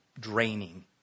draining